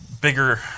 bigger